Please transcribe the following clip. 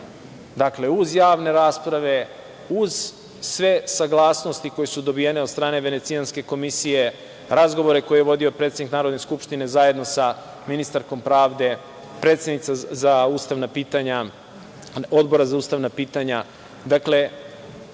kraja. Dakle, uz javne rasprave, uz sve saglasnosti koje su dobijene od strane Venecijanske komisije, razgovore koje je vodio predsednik Narodne skupštine zajedno sa ministarkom pravde, predsednica Odbora za ustavna pitanja,